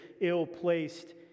ill-placed